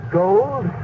gold